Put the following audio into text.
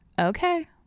okay